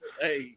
Hey